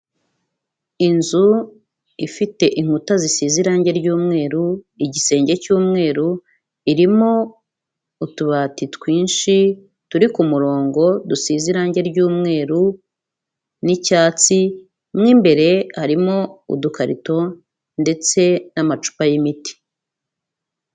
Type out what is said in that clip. Inzu ifite inkuta zisize irangi ry'umweru, igisenge cy'umweru, irimo utubati twinshi turi ku murongo dusize irangi ry'umweru n'icyatsi, mo imbere harimo udukarito ndetse n'amacupa y'imiti.